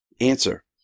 Answer